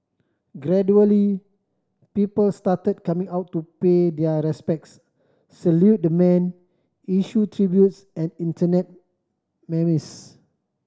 gradually people started coming out to pay their respects salute the man issue tributes and Internet memes